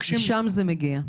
משם זה מגיע?